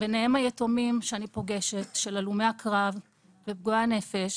ביניהם היתומים שאני פוגשת של הלומי הקרב ופגועי הנפש